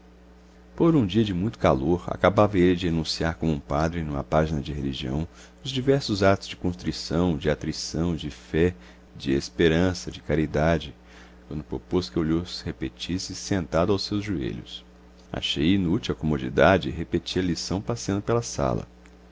por um dia de muito calor acabava ele de enunciar como um padre uma página de religião os diversos atos de contrição de atrição de fé de esperança de caridade quando propôs que eu lhos repetisse sentado aos seus joelhos achei inútil a comodidade e repeti a lição passeando pela sala